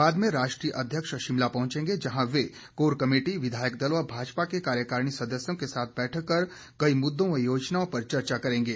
बाद में राष्ट्रीय अध्यक्ष शिमला पहंचेंगे जहां वे कोर कमेटी विधायक दल व भाजपा के कार्यकारिणी सदस्यों के साथ बैठक कर कई मुददों व योजनाओं पर चर्चा करेंगे